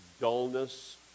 dullness